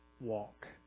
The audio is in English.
walk